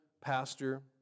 pastor